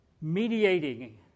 mediating